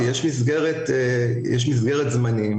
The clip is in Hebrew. יש מסגרת זמנים.